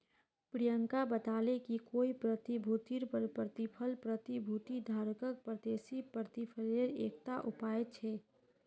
प्रियंका बताले कि कोई प्रतिभूतिर पर प्रतिफल प्रतिभूति धारकक प्रत्याशित प्रतिफलेर एकता उपाय छिके